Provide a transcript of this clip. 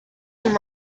and